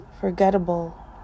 forgettable